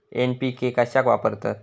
NPK कशाक वापरतत?